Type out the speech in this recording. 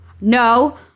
No